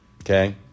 Okay